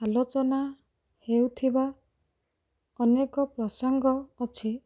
ଆଲୋଚନା ହେଉଥିବା ଅନେକ ପ୍ରସଙ୍ଗ ଅଛି